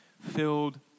filled